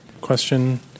Question